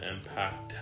Impact